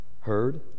heard